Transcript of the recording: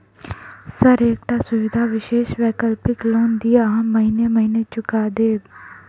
Sir एकटा सुविधा विशेष वैकल्पिक लोन दिऽ हम महीने महीने चुका देब?